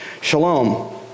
Shalom